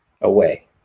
away